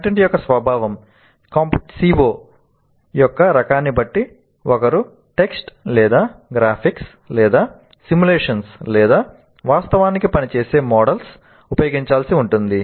content యొక్క స్వభావం CO యొక్క రకాన్ని బట్టి ఒకరు టెక్స్ట్ ఉపయోగించాల్సి ఉంటుంది